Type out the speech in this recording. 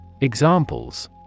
Examples